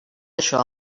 això